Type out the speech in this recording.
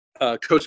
Coach